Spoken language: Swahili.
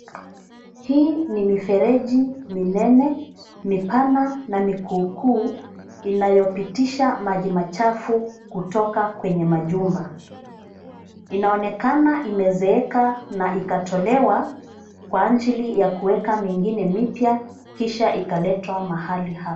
Hii ni mifereji minene, mipana na mikuu kuu inayopitisha maji machafu kutoka kwenye majumba. Inaonekana imezeeka na ikatolewa kwa ajili ya kuweka mingine mipya kisha ikaletwa mahali hapa.